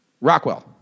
Rockwell